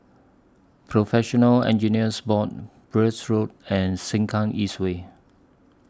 Professional Engineers Board Birch Road and Sengkang East Way